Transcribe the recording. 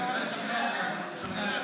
תנסה לשכנע את